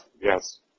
Yes